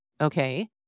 Okay